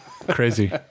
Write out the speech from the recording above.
Crazy